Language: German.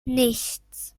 nichts